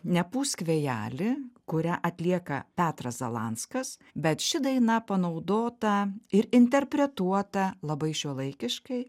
nepūsk vėjeli kurią atlieka petras zalanskas bet ši daina panaudota ir interpretuota labai šiuolaikiškai